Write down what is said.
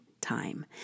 time